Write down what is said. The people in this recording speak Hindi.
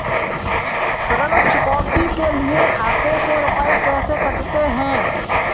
ऋण चुकौती के लिए खाते से रुपये कैसे कटते हैं?